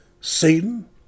Satan